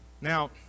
Now